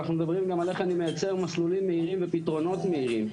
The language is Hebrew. אנחנו מדברים גם על איך אני מייצר מסלולים מהירים ופתרונות מהירים.